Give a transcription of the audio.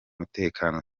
mutekano